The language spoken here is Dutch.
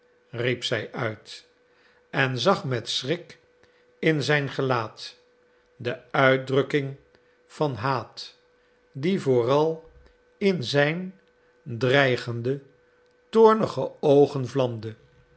riep zij uit en zag met schrik in zijn gelaat de uitdrukking van haat die vooral in zijn dreigende toornige oogen